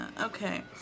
Okay